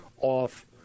off